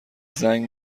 زنگ